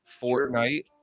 Fortnite